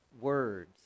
words